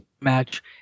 match